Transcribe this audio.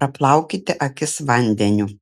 praplaukite akis vandeniu